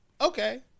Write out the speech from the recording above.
Okay